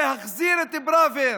להחזיר את פראוור.